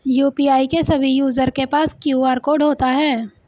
UPI के सभी user के पास क्यू.आर कोड होता है